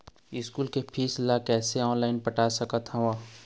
School के fees ला कैसे ऑनलाइन पटाए सकत हव?